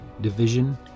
Division